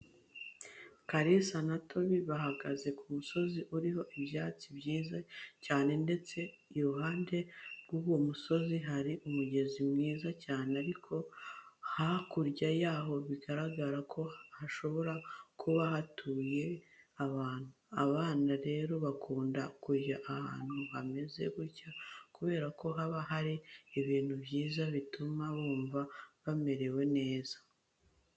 Kaliza na Tobi bahagaze ku musozi uriho ibyatsi byiza cyane ndetse iruhande rw'uwo musozi hari umugezi mwiza cyane ariko hakurya yawo biragaragara ko hashobora kuba hatuyeyo abantu. Abana rero bakunda kujya ahantu hameze gutya kubera ko haba hari ibintu byiza bituma bumva bamerewe neza.